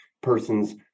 person's